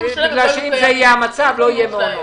בגלל שאם זה יהיה המצב, לא יהיו מעונות.